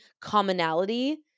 commonality